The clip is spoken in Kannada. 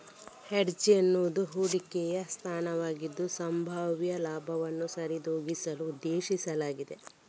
ಹೆಡ್ಜ್ ಎನ್ನುವುದು ಹೂಡಿಕೆಯ ಸ್ಥಾನವಾಗಿದ್ದು, ಸಂಭಾವ್ಯ ಲಾಭಗಳನ್ನು ಸರಿದೂಗಿಸಲು ಉದ್ದೇಶಿಸಲಾಗಿದೆ